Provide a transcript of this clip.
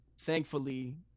thankfully